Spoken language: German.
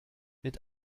mit